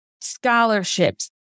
scholarships